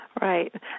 Right